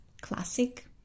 Classic